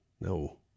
no